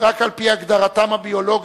רק על-פי הגדרתם הביולוגית,